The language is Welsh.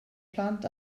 plant